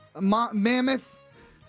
mammoth